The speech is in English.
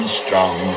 strong